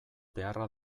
beharra